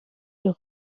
your